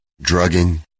drugging